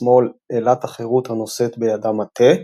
משמאל - אלת החירות הנושאת בידה מטה,